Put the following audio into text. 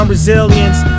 Resilience